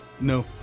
No